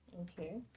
Okay